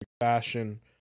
fashion